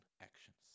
actions